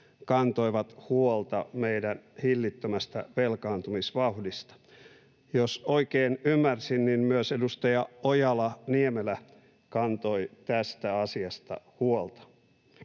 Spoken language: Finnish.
kantoivat huolta meidän hillittömästä velkaantumisvauhdista. Jos oikein ymmärsin, niin myös edustaja Ojala-Niemelä kantoi tästä asiasta huolta.